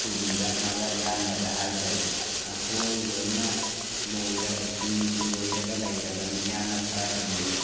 ꯄꯨꯕꯤꯔꯛꯅꯕ ꯏꯌꯥꯝꯕꯗ ꯍꯥꯏꯖꯔꯤ ꯑꯩꯈꯣꯏ ꯂꯣꯏꯅ ꯂꯣꯏꯔ ꯐꯤ ꯂꯣꯏꯔꯒ ꯂꯩꯔꯕꯅꯤ ꯏꯌꯥꯝꯕ ꯈꯔ ꯊꯨꯕꯤꯔꯣ